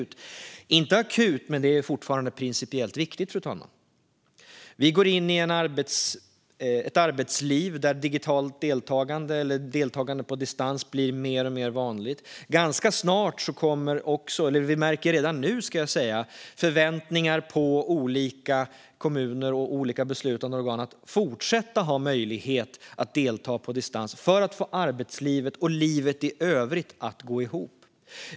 Det är inte akut, men det är fortfarande principiellt viktigt, fru talman. Vi går in i ett arbetsliv där digitalt deltagande eller deltagande på distans blir mer och mer vanligt. Vi märker redan nu att det finns förväntningar på olika kommuner och olika beslutande organ att man ska fortsätta ha möjlighet att delta på distans för att få arbetslivet och livet i övrigt att gå ihop.